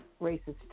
racist